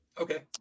okay